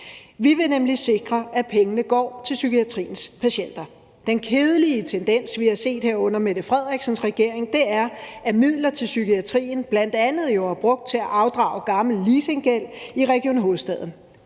Vi vil nemlig sikre, at pengene går til psykiatriens patienter. Den kedelige tendens, vi har set her under Mette Frederiksens regering, er jo, at midler til psykiatrien bl.a. er brugt til at afdrage gammel leasinggæld i Region Hovedstaden,